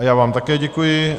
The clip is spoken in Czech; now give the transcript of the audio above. Já vám také děkuji.